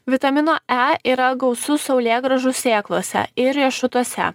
vitamino e yra gausu saulėgrąžų sėklose ir riešutuose